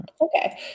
Okay